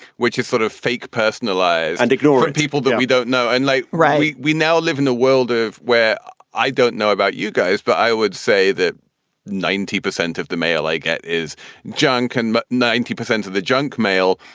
which is sort of fake personalize and ignore and people that we don't know unlike. right we now live in a world of where i don't know about you guys, but i would say that ninety percent of the mail i get is junk and ninety percent of the junk mail.